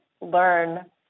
learn